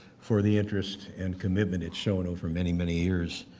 for the interest and commitment it's shown for many, many years